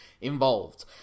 involved